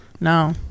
no